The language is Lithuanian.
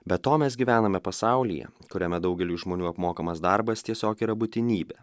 be to mes gyvename pasaulyje kuriame daugeliui žmonių apmokamas darbas tiesiog yra būtinybė